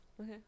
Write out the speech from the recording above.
okay